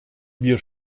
wir